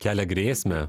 kelia grėsmę